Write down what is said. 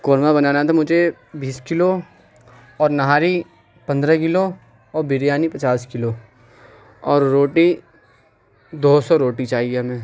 قورمہ بنانا تھا مجھے بیس کلو اور نہاری پندرہ کلو اور بریانی پچاس کلو اور روٹی دو سو روٹی چاہیے ہمیں